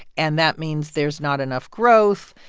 and that means there's not enough growth.